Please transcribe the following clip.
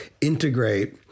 integrate